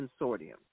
Consortium